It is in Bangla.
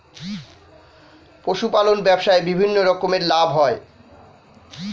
পশুপালন ব্যবসায় বিভিন্ন রকমের লাভ হয়